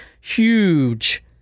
huge